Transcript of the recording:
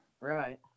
Right